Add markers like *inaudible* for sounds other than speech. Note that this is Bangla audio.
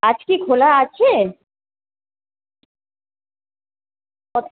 আজ কি খোলা আছে *unintelligible*